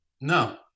No